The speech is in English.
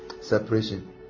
Separation